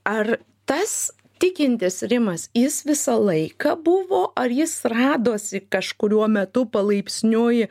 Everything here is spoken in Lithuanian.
ar tas tikintis rimas jis visą laiką buvo ar jis radosi kažkuriuo metu palaipsniui